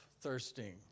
thirsting